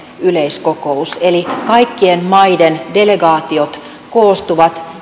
yleiskokous eli kaikkien maiden delegaatiot koostuvat